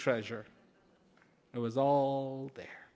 treasure it was all there